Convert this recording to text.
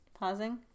pausing